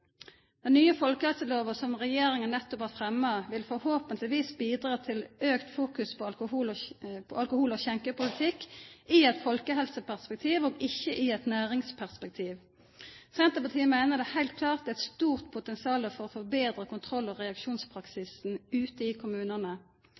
Den nye folkehelselova som regjeringa nettopp har fremma, vil forhåpentlegvis bidra til auka fokus på akohol- og skjenkepolitikk i eit folkehelseperspektiv, og ikkje i eit næringsperspektiv. Senterpartiet meiner det heilt klart er eit stort potensial for å betre kontroll- og